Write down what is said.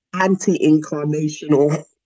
anti-incarnational